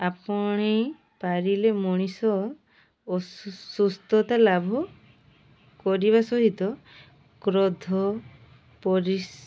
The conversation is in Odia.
ଆପଣାଇ ପାରିଲେ ମଣିଷ ସୁସ୍ଥତା ଲାଭ କରିବା ସହିତ କ୍ରୋଧ ପରି